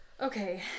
Okay